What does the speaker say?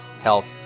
Health